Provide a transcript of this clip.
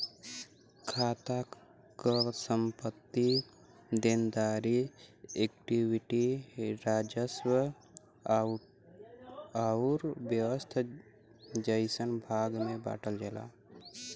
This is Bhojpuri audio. खाता क संपत्ति, देनदारी, इक्विटी, राजस्व आउर व्यय जइसन भाग में बांटल जाला